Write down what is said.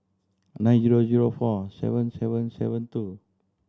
nine zero zero four seven seven seven two